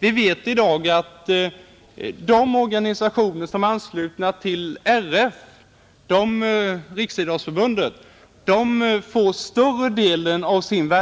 Vi vet i dag att de organisationer som är anslutna till Riksidrottsförbundet får större delen av sin